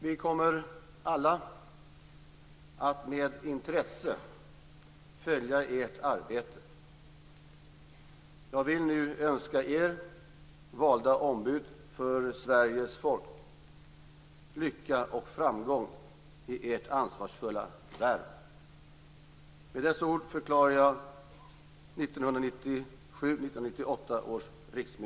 Vi kommer alla att med intresse följa ert arbete. Jag vill nu önska er - valda ombud för Sveriges folk - lycka och framgång i ert ansvarsfulla värv. Med dessa ord förklarar jag riksmötet 1997/98